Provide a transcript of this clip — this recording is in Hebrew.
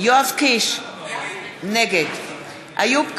יואב קיש, נגד איוב קרא,